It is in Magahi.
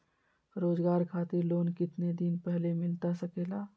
रोजगार खातिर लोन कितने दिन पहले मिलता सके ला?